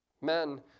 Men